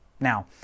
Now